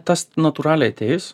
tas natūraliai ateis